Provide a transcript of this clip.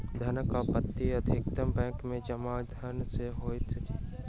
धनक आपूर्ति अधिकतम बैंक में जमा धन सॅ होइत अछि